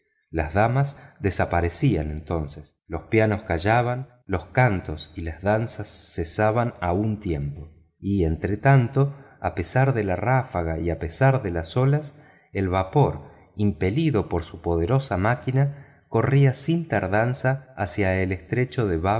las damas desaparecían entonces los pianos callaban los cantos y las danzas cesaban a un tiempo y entretanto a pesar de la ráfaga y a pesar de las olas el vapor impelido por su poderosa máquina corría sin tardanza hacia el estrecho de bab